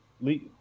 leave